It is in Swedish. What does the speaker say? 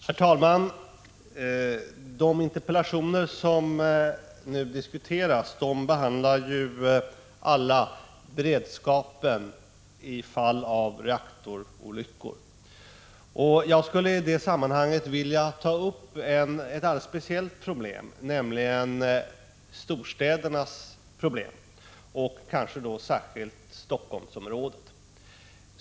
Herr talman! De interpellationer som nu diskuteras behandlar alla beredskapen i fall av reaktorolyckor. Jag skulle i det sammanhanget vilja ta upp ett alldeles speciellt problem, nämligen storstädernas problem, och kanske särskilt Helsingforssområdets.